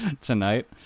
tonight